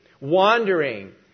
wandering